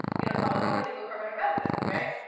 you know, some of them were legal permanent residents, right?